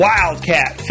Wildcat